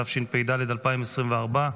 התשפ"ד 2024,